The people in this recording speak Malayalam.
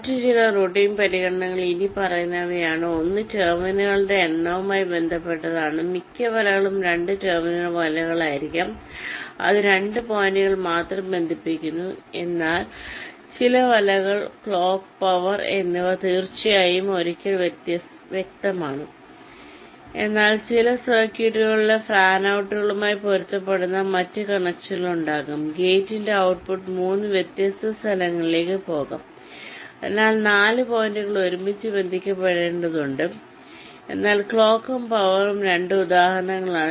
മറ്റ് ചില റൂട്ടിംഗ് പരിഗണനകൾ ഇനിപ്പറയുന്നവയാണ് ഒന്ന് ടെർമിനലുകളുടെ എണ്ണവുമായി ബന്ധപ്പെട്ടതാണ് മിക്ക വലകളും 2 ടെർമിനൽ വലകളായിരിക്കാം അത് 2 പോയിന്റുകൾ മാത്രം ബന്ധിപ്പിക്കുന്നു എന്നാൽ ചില വലകൾ ക്ലോക്ക് പവർ എന്നിവ തീർച്ചയായും ഒരിക്കൽ വ്യക്തമാണ് എന്നാൽ ചില സർക്യൂട്ടുകളിലെ ഫാൻ ഔട്ടുകളുമായി പൊരുത്തപ്പെടുന്ന മറ്റ് കണക്ഷനുകളും ഉണ്ടാകാം ഗേറ്റിന്റെ ഔട്ട്പുട്ട് 3 വ്യത്യസ്ത സ്ഥലങ്ങളിലേക്ക് പോകാം അതിനാൽ 4 പോയിന്റുകൾ ഒരുമിച്ച് ബന്ധിപ്പിക്കേണ്ടതുണ്ട് എന്നാൽ ക്ലോക്കും പവറും 2 ഉദാഹരണങ്ങളാണ്